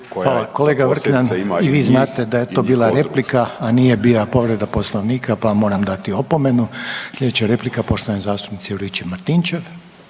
Kolega Vrkljan i vi znate da je to bila replika, a nije bila povreda poslovnika pa vam moram dati opomenu. Sljedeća replika poštovane zastupnice Juričev Martinčev.